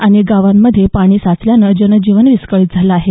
अनेक गावांमध्ये पाणी साचल्यानं जनजीवन विस्कळीत झालं आहे